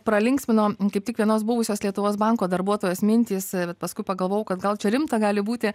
pralinksmino kaip tik vienos buvusios lietuvos banko darbuotojos mintys bet paskui pagalvojau kad gal čia rimta gali būti